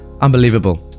unbelievable